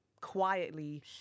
quietly